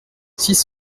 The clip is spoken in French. six